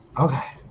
okay